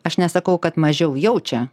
aš nesakau kad mažiau jaučia